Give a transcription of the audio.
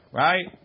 right